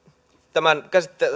tämän